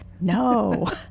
no